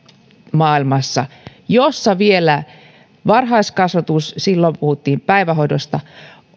maailmassa jossa varhaiskasvatus silloin puhuttiin päivähoidosta